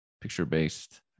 picture-based